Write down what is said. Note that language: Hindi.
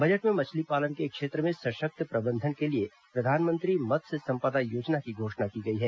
बजट में मछली पालन के क्षेत्र में सशक्त प्रबंधन के लिए प्रधानमंत्री मत्स्य सम्पदा योजना की घोषणा की गई है